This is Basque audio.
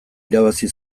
irabazi